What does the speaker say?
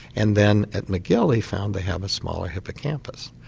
and then at magill they found they had a smaller hippocampus,